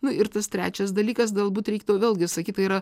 nu ir tas trečias dalykas galbūt reiktų vėlgi sakyt tai yra